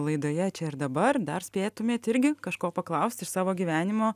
laidoje čia ir dabar dar spėtumėt irgi kažko paklaust iš savo gyvenimo